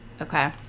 okay